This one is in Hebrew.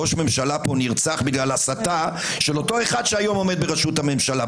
ראש ממשלה פה נרצח בגלל הסתה של אותו אחד שהיום עומד בראשות הממשלה.